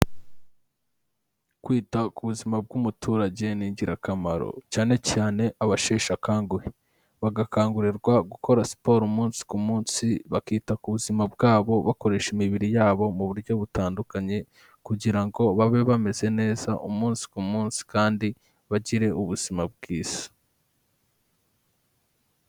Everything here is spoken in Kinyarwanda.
Kwita ku buzima bw'umuturage ni ingirakamaro cyanecyane abasheshe akanguhe. Bagakangurirwa gukora siporo umunsi ku munsi, bakita ku buzima bwabo bakoresha imibiri yabo mu buryo butandukanye kugira ngo babe bameze neza umunsi ku munsi kandi bagire ubuzima bwiza.